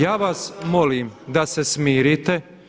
Ja vas molim da se smirite.